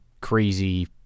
crazy